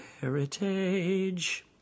heritage